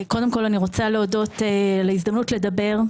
אני מודה על ההזדמנות לדבר.